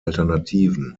alternativen